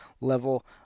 level